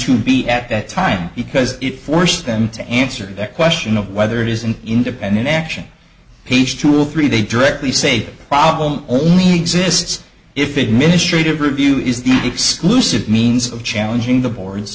to be at that time because it forced them to answer that question of whether it is an independent action piece to all three they directly say problem only exists if it mistreated review is the exclusive means of challenging the board